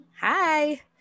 Hi